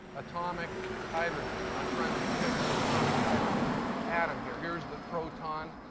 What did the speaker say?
atomic hydrogen. and i'm trying to depict the atomic hydrogen atom here. here's the proton,